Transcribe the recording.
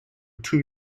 two